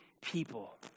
people